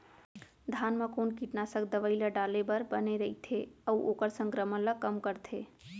धान म कोन कीटनाशक दवई ल डाले बर बने रइथे, अऊ ओखर संक्रमण ल कम करथें?